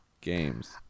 games